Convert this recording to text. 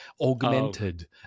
augmented